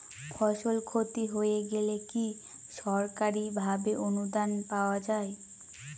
ফসল ক্ষতি হয়ে গেলে কি সরকারি ভাবে অনুদান পাওয়া য়ায়?